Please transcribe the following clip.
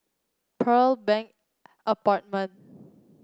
Pearl Bank Apartment